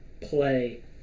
play